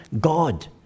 God